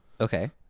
Okay